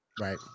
Right